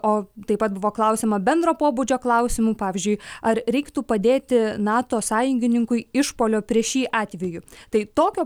o taip pat buvo klausiama bendro pobūdžio klausimų pavyzdžiui ar reiktų padėti nato sąjungininkui išpuolio prieš jį atveju tai tokio